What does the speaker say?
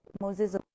Moses